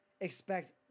expect